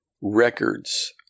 records